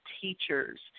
teachers